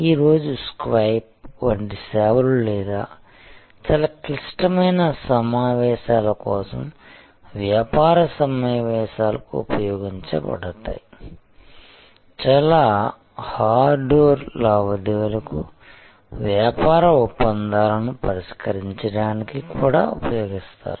ఈ రోజు స్కైప్ వంటి సేవలు లేదా చాలా క్లిష్టమైన సమావేశాల కోసం వ్యాపార సమావేశాలకు ఉపయోగించబడతాయి చాలా హార్డ్కోర్ లావాదేవీలకు వ్యాపార ఒప్పందాలను పరిష్కరించడానికి కూడా ఉపయోగిస్తారు